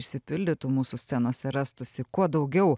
išsipildytų mūsų scenose rastųsi kuo daugiau